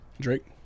Drake